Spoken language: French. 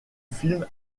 film